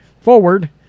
forward